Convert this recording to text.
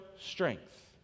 strength